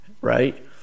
right